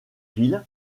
sud